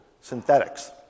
synthetics